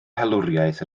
helwriaeth